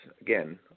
again